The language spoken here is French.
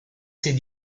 ses